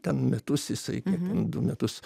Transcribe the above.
ten metus jisai kiek ten du metus